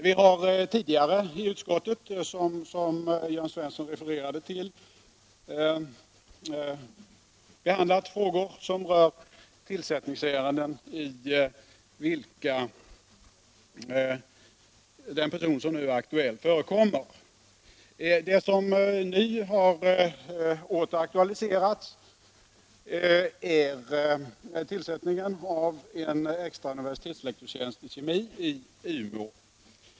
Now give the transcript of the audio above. Vi har tidigare i utskottet, som Jörn Svensson refererade till, behandlat frågor om tillsättningsärenden, i vilka den nu aktuella personen förekommer. Det som nu åter har aktualiserats är tillsättningen av en extra universitetslektorstjänst i kemi i Umeå.